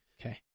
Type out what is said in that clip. Okay